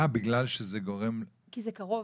אה בגלל שזה גורם --- כי זה קרוב,